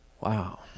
Wow